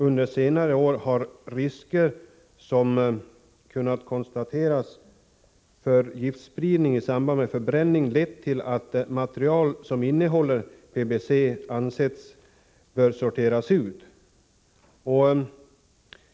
Under senare år har de risker för giftspridning i samband med förbränning som kunnat konstateras lett till att man ansett att material som innehåller PCB bör sorteras ut.